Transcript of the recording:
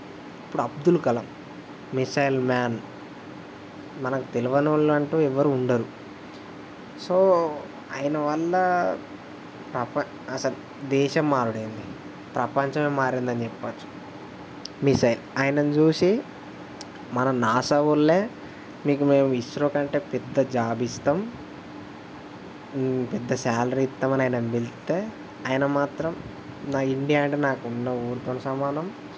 ఇప్పుడు Abdul Kalam missile man మనకు తెలియనివాళ్ళు అంటూ ఎవరూ ఉండరు సో ఆయన వల్ల ప్రపం అసలు దేశం మారడం ఏంటి ప్రపంచమే మారిందని చెప్పవచ్చు మిస్సైల్ ఆయనను చూసి మన నాసా వాళ్ళే మీకు మేము ఇస్రో కంటే పెద్ద జాబ్ ఇస్తాము పెద్ద సాలరీ ఇస్తాము అని ఆయన్ని పిలిస్తే ఆయన మాత్రం నా ఇండియా అంటే నాకు ఉన్న ఊరుతోని సమానం